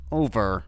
over